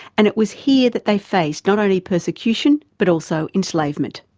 and it was here that they faced not only persecution but also enslavement.